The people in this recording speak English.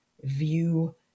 view